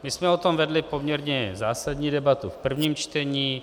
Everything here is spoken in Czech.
My jsme o tom vedli poměrně zásadní debatu v prvním čtení.